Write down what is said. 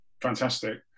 Fantastic